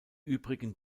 übrigen